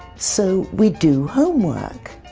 so we do homework.